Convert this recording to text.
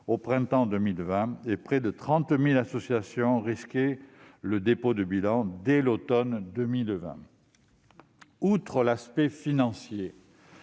au printemps 2020 et que près de 30 000 risquaient le dépôt de bilan dès l'automne. Outre l'aspect financier,